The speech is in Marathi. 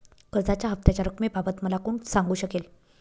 कर्जाच्या हफ्त्याच्या रक्कमेबाबत मला कोण सांगू शकेल?